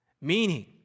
meaning